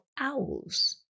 owls